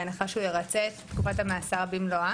בהנחה שהוא ירצה את תקופת המאסר במלואה,